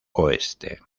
oeste